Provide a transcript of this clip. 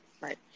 Right